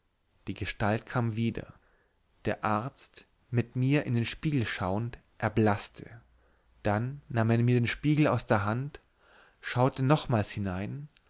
die gestalt kam wieder der arzt mit mir in den spiegel schauend erblaßte dann nahm er mir den spiegel aus der hand schauete nochmals hinein